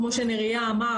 כמו שנריה אמר,